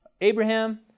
Abraham